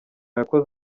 yakoze